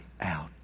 out